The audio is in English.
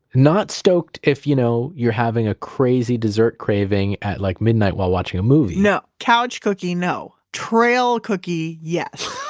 not stoked if you know you're having a crazy dessert craving at like midnight while watching a movie samin no, couch cookie, no, trail cookie, yes.